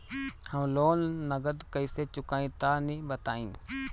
हम लोन नगद कइसे चूकाई तनि बताईं?